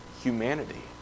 humanity